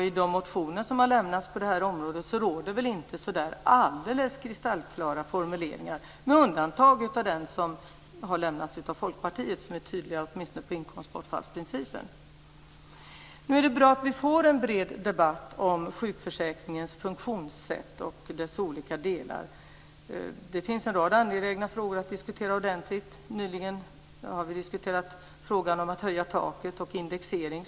I de motioner som har lämnats på det här området råder väl inte alldeles kristallklara formuleringar med undantag av den som har lämnats av Folkpartiet. Den är tydlig, åtminstone när det gäller inkomstbortfallsprincipen. Det är bra att vi får en bred debatt om sjukförsäkringens funktionssätt och dess olika delar. Det finns en rad angelägna frågor att diskutera ordentligt. Vi har nyligen diskuterat frågan om att höja taket och indexering.